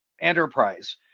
enterprise